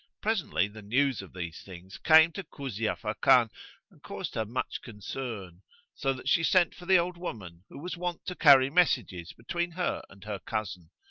presently, the news of these things came to kuzia fakan and caused her much concern so that she sent for the old woman who was wont to carry messages between her and her cousin,